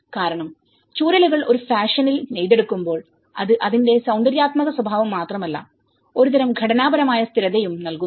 കാരണം ചൂരലുകൾ ഒരു ഫാഷനിൽ നെയ്തെടുക്കുമ്പോൾ അത് അതിന്റെ സൌന്ദര്യാത്മക സ്വഭാവം മാത്രമല്ല ഒരുതരം ഘടനാപരമായ സ്ഥിരതയും നൽകുന്നു